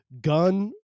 gun